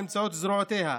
באמצעות זרועותיה,